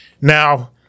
Now